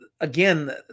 again